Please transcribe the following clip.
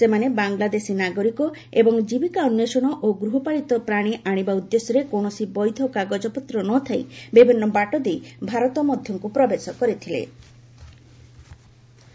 ସେମାନେ ବାଂଲାଦେଶୀ ନାଗରିକ ଏବଂ ଜୀବିକା ଅନ୍ୱେଷଣ ଓ ଗୃହପାଳିତ ପ୍ରାଣୀ ଆଣିବା ଉଦ୍ଦେଶ୍ୟରେ କୌଣସି ବୈଧ କାଗଜପତ୍ର ନ ଥାଇ ବିଭିନ୍ନ ବାଟ ଦେଇ ଭାରତ ମଧ୍ୟକୁ ପ୍ରବେଶ କରିଥିଲେ ବୋଲି ଅଟକ ଥିବା ଲୋକମାନେ କହିଛନ୍ତି